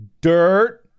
dirt